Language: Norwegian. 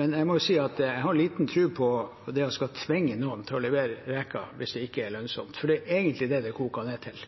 men jeg må si at jeg har liten tro på det å skulle tvinge noen til å levere reker, hvis det ikke er lønnsomt, for det er egentlig det det koker ned til.